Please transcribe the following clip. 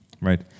Right